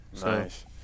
Nice